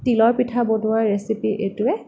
তিলৰ পিঠা বনোৱা ৰেচিপি এইটোৱেই